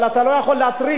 אבל אתה לא יכול להתריס.